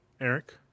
Eric